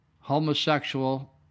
homosexual